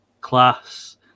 class